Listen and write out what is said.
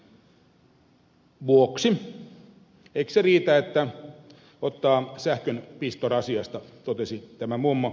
eikö se riitä että ottaa sähkön pistorasiasta totesi tämä mummo